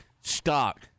stock